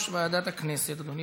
56 תומכים, מתנגד אחד, אין נמנעים.